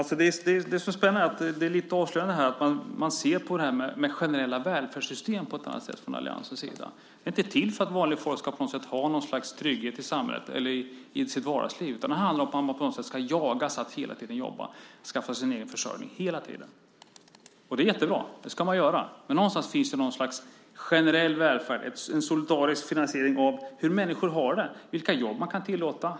Herr talman! Det som är spännande är att detta avslöjar att man ser på generella välfärdssystem på ett annat sätt i alliansen. De är inte till för att vanligt folk ska ha trygghet i samhället och i sitt vardagsliv, menar alliansen, utan man ska jagas att hela tiden jobba och skaffa sig egen försörjning. Det är jättebra; det ska man göra. Men någonstans finns det en generell välfärd, en solidarisk finansiering av hur människor har det och vilka jobb man kan tillåta.